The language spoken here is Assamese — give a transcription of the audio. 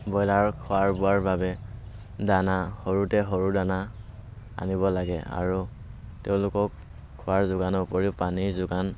ব্ৰইলাৰৰ খোৱাৰ বোৱাৰ বাবে দানা সৰুতে সৰু দানা আনিব লাগে আৰু তেওঁলোকক খোৱাৰ যোগানৰ উপৰিও পানীৰ যোগান